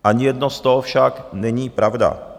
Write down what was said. Ani jedno z toho však není pravda.